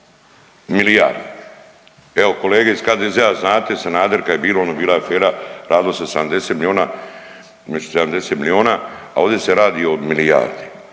milijarde. Evo kolege iz HDZ-a znate Sanader kad je bilo ono bila je afera radilo se o 70 milijona …/Govornik se ne razumije/… 70 milijona, a ovdje se radi o milijardi.